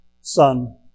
Son